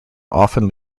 often